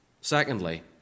Secondly